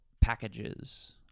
packages